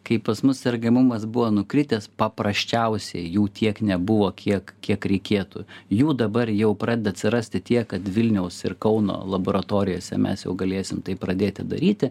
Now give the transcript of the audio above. kai pas mus sergamumas buvo nukritęs paprasčiausiai jų tiek nebuvo kiek kiek reikėtų jų dabar jau pradeda atsirasti tiek kad vilniaus ir kauno laboratorijose mes jau galėsim pradėti daryti